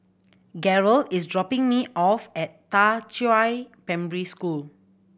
Gearld is dropping me off at Da Qiao Primary School